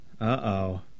Uh-oh